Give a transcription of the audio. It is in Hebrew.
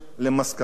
ויכול להיות,